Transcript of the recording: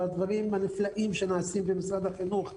והדברים הנפלאים שנעשים במשרד החינוך ששמענו,